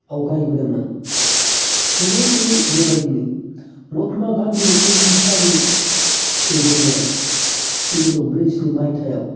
आवगायबोदोंमोन फैयै फैयै बेबायदिनो महात्मा गान्धिनि अहिंसानि दैदेननायाव जिगुजौ ब्रैजिस्नि मायथाइयाव